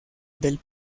del